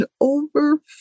over